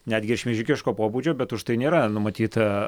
netgi ir šmeižikiško pobūdžio bet už tai nėra numatyta